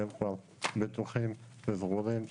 והם כבר בטוחים וסגורים,